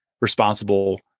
responsible